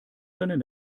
seinen